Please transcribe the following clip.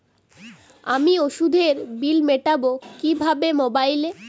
আমি ওষুধের বিল মেটাব কিভাবে মোবাইলে?